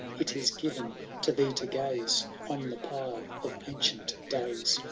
it is given to thee to gaze on the pile of ancient days.